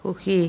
সুখী